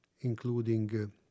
including